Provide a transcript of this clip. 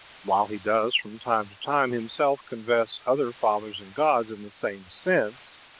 while he does from time to time himself confess other fathers and gods in the same sense,